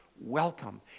welcome